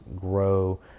Grow